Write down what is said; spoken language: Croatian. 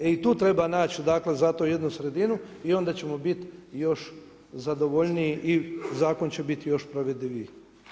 E i tu treba naći, dakle za to jednu sredinu i onda ćemo biti još zadovoljniji i zakon će biti još provodljiviji.